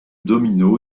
domino